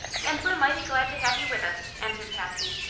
and we're mighty glad to have you with us, answered patsy.